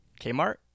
kmart